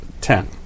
Ten